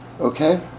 Okay